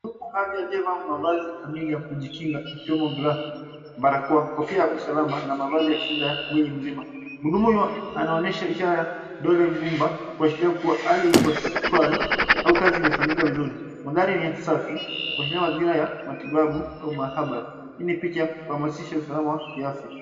Mhudumu wa afya aliyevaa mavazi kamili ya kujikinga ikiwemo glavu, barakoa, kofia ya usalama na mavazi ya kinga ya mwili nzima. Mhudumu huyo anaonyesha ishara ya kidole gumba kuashiria kuwa hali iko shwari au kazi imefanyika vizuri. Mandhari ni ya safi kuashiria mazingira ya matibabu au maabara. Hii ni picha ya kuhamasisha usalama wa kiafya.